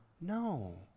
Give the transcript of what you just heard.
No